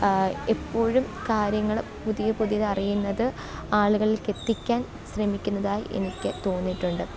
എപ്പോഴും കാര്യങ്ങൾ പുതിയ പുതിയ അറിയുന്നത് ആളുകൾക്കെത്തിക്കാൻ ശ്രമിക്കുന്നതായി എനിക്ക് തോന്നിയിട്ടുണ്ട്